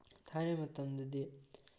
ꯊꯥꯏꯅꯒꯤ ꯃꯇꯝꯗꯗꯤ